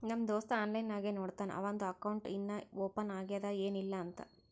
ನಮ್ ದೋಸ್ತ ಆನ್ಲೈನ್ ನಾಗೆ ನೋಡ್ತಾನ್ ಅವಂದು ಅಕೌಂಟ್ ಇನ್ನಾ ಓಪನ್ ಆಗ್ಯಾದ್ ಏನಿಲ್ಲಾ ಅಂತ್